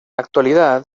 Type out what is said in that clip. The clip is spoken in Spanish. actualidad